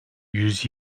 yüz